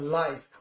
life